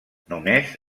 només